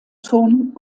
thurn